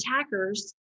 attackers